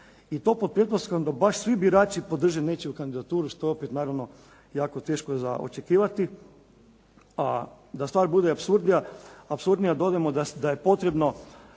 i to pod pretpostavkom da baš svi birači podrže nečiju kandidaturu što je opet naravno jako teško za očekivati, a da stvar bude apsurdnija dodajmo da je potrebno